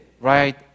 right